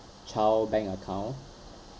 child bank account